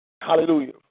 Hallelujah